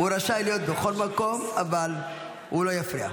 הוא רשאי להיות בכל מקום, אבל הוא לא יפריע.